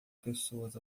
pessoas